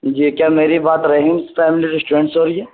جی کیا میری بات رحیم فیملی ریسٹورینٹ سے ہو رہی ہے